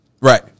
Right